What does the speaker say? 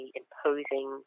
imposing